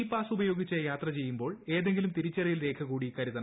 E pass ഉപയോഗിച്ച് യാത്രചെയ്യുമ്പോൾ ഏതെങ്കിലും തിരിച്ചറിയൽ രേഖ കൂടി കരുതണം